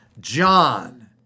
John